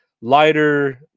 lighter